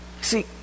See